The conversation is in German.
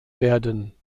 werden